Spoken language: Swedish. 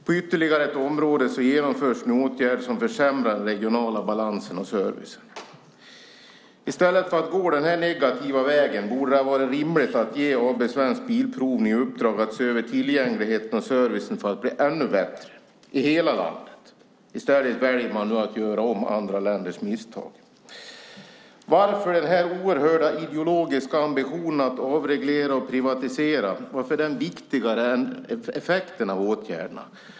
På ytterligare ett område genomförs nu en förändring som försämrar den regionala balansen och servicen. I stället för att gå denna negativa väg borde det har varit rimligt att ge AB Svensk Bilprovning i uppdrag att se över tillgängligheten och servicen för att bli ännu bättre i hela landet. Nu väljer man att göra om andra länders misstag. Varför är den ideologiska ambitionen att avreglera och privatisera viktigare än effekten av förändringen?